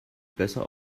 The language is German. besser